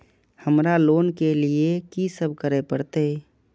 हमरा लोन ले के लिए की सब करे परते?